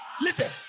Listen